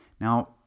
Now